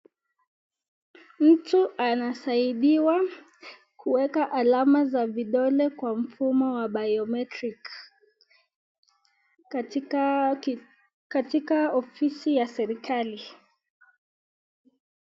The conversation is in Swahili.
Mtu anasaidiwa kuweka alama za vidole kwa mfumo wa biometric , katika ofisi ya serikali.